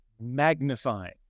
magnifying